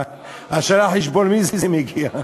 השאלה על חשבון מי זה מגיע.